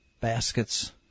baskets